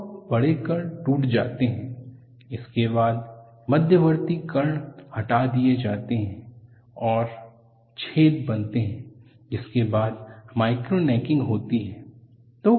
तो बड़े कण टूट जाते हैं इसके बाद मध्यवर्ती कण हटा दिए जाते हैं और छेद बनाते हैं जिसके बाद माइक्रो नेकिंग होती है